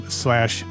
slash